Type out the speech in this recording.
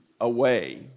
away